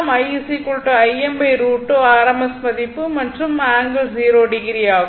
i Im √2 rms மதிப்பு மற்றும் ∠0o ஆகும்